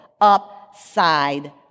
upside